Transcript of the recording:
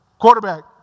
Quarterback